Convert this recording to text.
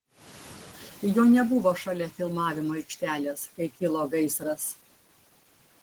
jo nebuvo šalia filmavimo aikštelės kai kilo gaisras